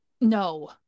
No